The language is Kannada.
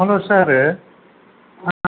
ಹಲೋ ಸಾರು ಹಾಂ